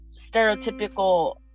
stereotypical